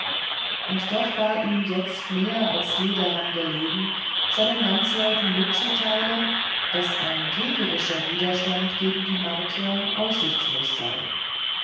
und doch war ihm jetzt mehr als je daran gelegen seinen landsleuten mitzuteilen daß ein kriegerischer widerstand gegen die martier aussichtslos sei